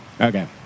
Okay